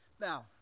now